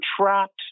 trapped